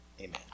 Amen